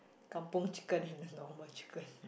kampung chicken and the normal chicken